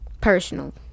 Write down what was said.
personal